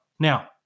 Now